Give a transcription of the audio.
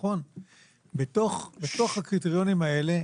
בתוך הקריטריונים האלה